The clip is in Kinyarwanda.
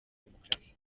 demokarasi